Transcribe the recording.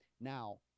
now